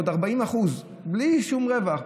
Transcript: זאת אומרת